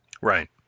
right